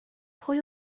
pwy